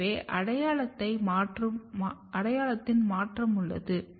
எனவே அடையாளத்தின் மாற்றம் உள்ளது